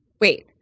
Wait